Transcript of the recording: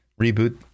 reboot